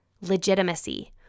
legitimacy